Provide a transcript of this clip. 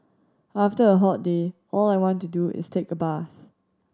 after a hot day all I want to do is take a bath